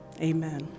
Amen